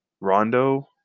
Rondo